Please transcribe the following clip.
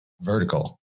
vertical